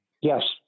yes